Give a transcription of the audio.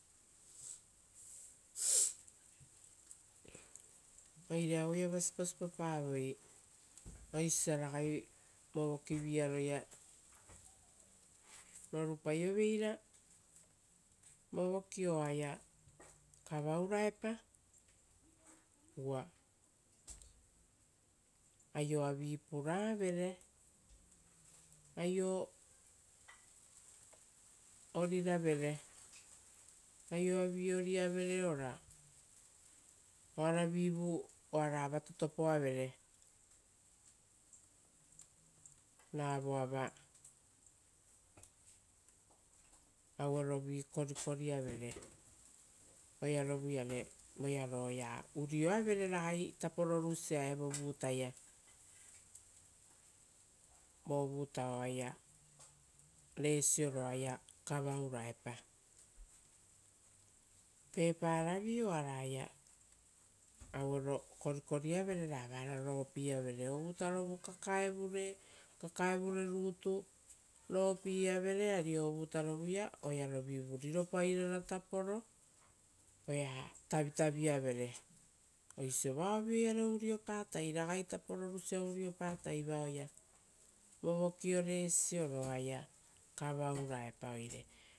oire aueiava siposipopavoi, oisio osia ragai vovoki-viaroia rorupaioveira vovokio oaia kavauraepa. Uva aioavi puravere, aio oriravere, aioavi oriavere ora oaravivu oara vototoapoavere. Ravoava auerovi korikori a vere oearovuiare voearo oea urioavere ragaitapo rorusia evo vutaia, vovutao resioro oaia kavauraepa. Peparavi oaraia auerovi korikori i-avere ra vara ropieavere. Ovutarovu kakaevure rutu ropieavere ari ovutarovu, oearovitu riropairara oea tavitavi-iavere oisio vaovio iare urio patai ragaitapo rorusia vovokio resioro oaia kavauraepa oire.